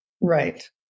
Right